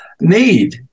need